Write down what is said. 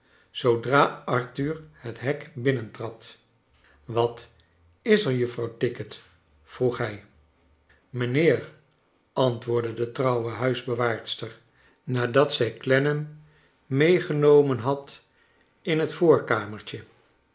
zoodra arthur het hek binnentrad wat is er juffrouw tickit vroeg hij mijnheer antwoordde de trouwe huisbewaarster nadat zij clennam meegenomen had in het